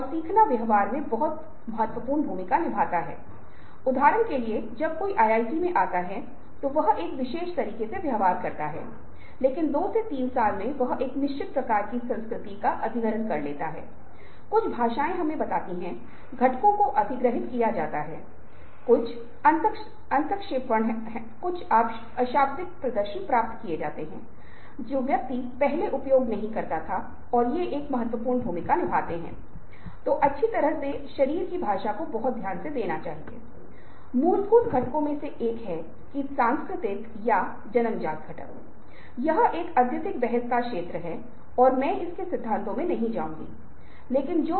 पहला यह है कि हमने सूचनाओं के एक निश्चित सेट में हेरफेर किया है और चेहरे सामान्य रूप से सकारात्मक या नकारात्मक दिखते हैं और उसके आधार पर जहां वे पैटर्न से मेल खाते हैं आपको एक मजबूत प्रवृत्ति मिलेगी जिसकी हम फोरम में चर्चा करेंगे और एक के आधार पर कुछ हद तक मिसमैच के बावजूद बेमेल पाठ हमें हेरफेर करने के लिए प्रबंधित करता है और हमें प्रतिक्रियाओं का थोड़ा और उलझन भरा सेट मिलता है